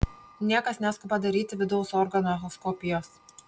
niekas neskuba daryti vidaus organų echoskopijos